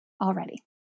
already